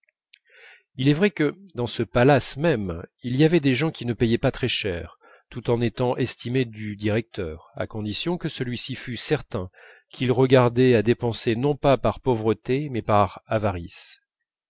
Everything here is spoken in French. il est vrai que dans ce palace même il y avait des gens qui ne payaient pas très cher tout en étant estimés du directeur à condition que celui-ci fût certain qu'ils regardaient à dépenser non pas par pauvreté mais par avarice